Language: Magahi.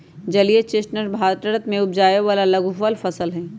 जलीय चेस्टनट भारत में उपजावे वाला लघुफल फसल हई